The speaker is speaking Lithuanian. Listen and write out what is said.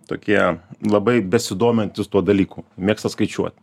tokie labai besidomintys tuo dalyku mėgsta skaičiuot